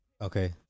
Okay